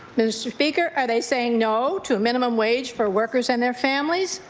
mr. speaker, are they saying no to minimum wage for workers and their families?